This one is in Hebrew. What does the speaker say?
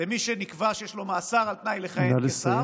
למי שנקבע שיש לו מאסר על תנאי לכהן כשר,